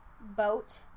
boat